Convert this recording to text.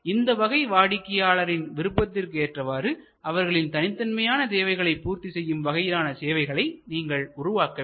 இந்த வகை வாடிக்கையாளர்களின் விருப்பத்திற்கு ஏற்றவாறு அவர்களின் தனித்தன்மையான தேவைகளைப் பூர்த்தி செய்யும் வகையிலான சேவைகளை நீங்கள் உருவாக்க வேண்டும்